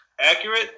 accurate